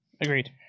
Agreed